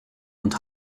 und